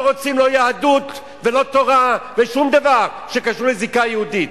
לא רוצים לא יהדות ולא תורה ושום דבר שקשור לזיקה היהודית.